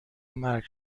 مرگ